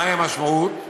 מהי המשמעות?